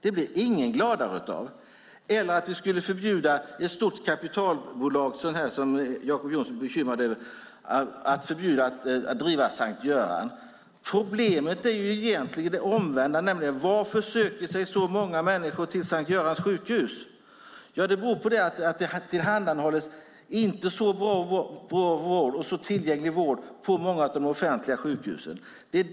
Det blir ingen gladare av. Inte heller blir någon gladare av att vi förbjuder ett stort kapitalbolag att driva S:t Görans Sjukhus, det som Jacob Johnson är bekymrad över. Problemet är egentligen det omvända, nämligen varför så många människor söker sig till S:t Görans Sjukhus. Det beror på att det inte tillhandahålls tillräckligt bra och tillgänglig vård på många av de offentliga sjukhusen.